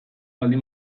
baldin